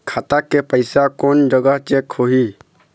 खाता के पैसा कोन जग चेक होही?